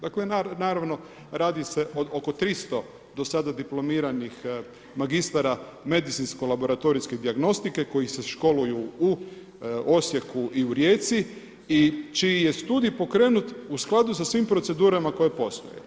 Dakle naravno radi se oko 300 do sada dipl. magistara medicinsko laboratorijske dijagnostike koji se školuju u Osijeku i u Rijeci i čiji je studij pokrenut u skladu sa svim procedurama koje postoje.